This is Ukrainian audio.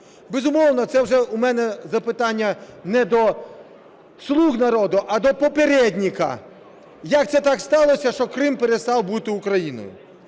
Безумовно, це вже у мене запитання не до "Слуг народу", а до попєрєдніка: як це так сталося, що Крим перестав бути Україною?